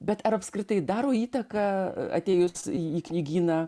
bet ar apskritai daro įtaką atėjus į į knygyną